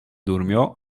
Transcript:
durmió